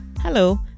Hello